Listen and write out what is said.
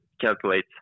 calculate